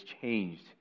changed